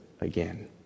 again